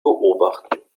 beobachten